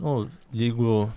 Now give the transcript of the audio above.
nu jeigu